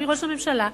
מראש הממשלה,